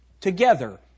together